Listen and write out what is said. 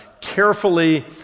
carefully